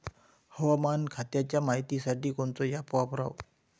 हवामान खात्याच्या मायतीसाठी कोनचं ॲप वापराव?